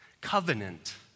Covenant